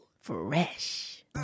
Fresh